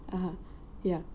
(uh huh) ya